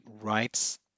writes